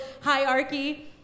hierarchy